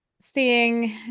seeing